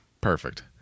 perfect